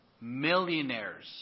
millionaires